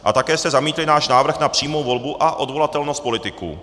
A také jste zamítli náš návrh na přímou volbu a odvolatelnost politiků.